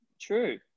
True